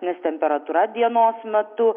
nes temperatūra dienos metu